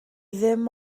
ddim